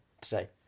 today